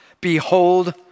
Behold